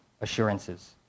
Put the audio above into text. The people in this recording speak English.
assurances